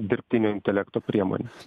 dirbtinio intelekto priemonės